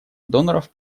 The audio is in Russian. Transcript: доноров